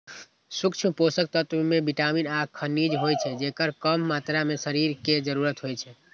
सूक्ष्म पोषक तत्व मे विटामिन आ खनिज होइ छै, जेकर कम मात्रा मे शरीर कें जरूरत होइ छै